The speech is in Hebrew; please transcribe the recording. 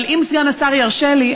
אבל אם סגן השר ירשה לי,